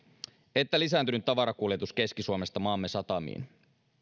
että lisääntynyt tavarakuljetus keski suomesta maamme satamiin